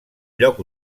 lloc